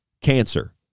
cancer